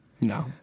No